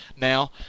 now